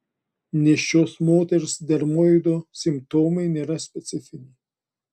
nėščios moters dermoido simptomai nėra specifiniai